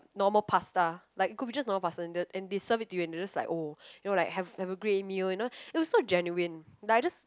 normal pasta like could be just normal pasta and they and they serve it to you and they just like oh you know like have have a great meal you know it was so genuine like I just